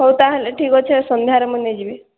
ହେଉ ତା ହେଲେ ଠିକ ଅଛି ଏ ସନ୍ଧ୍ୟାରେ ମୁଇଁ ନେଇଯିବି